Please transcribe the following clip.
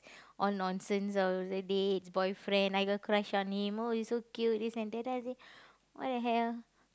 all nonsense all the dates boyfriend I got crush on him oh he's so cute this and that then I say !what-the-hell!